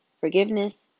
forgiveness